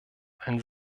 ein